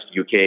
UK